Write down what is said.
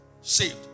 Saved